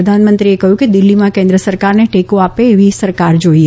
પ્રધાનમંત્રીએ કહ્યું કે દિલ્હીમાં કેન્ન્ સરકારને ટેકો આપે એવી સરકાર જોઇએ